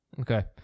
Okay